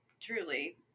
truly